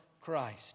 Christ